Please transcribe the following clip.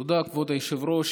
תודה, כבוד היושב-ראש.